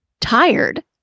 tired